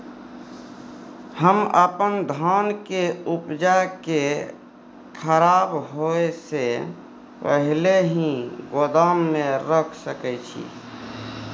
हम अपन धान के उपजा के खराब होय से पहिले ही गोदाम में रख सके छी?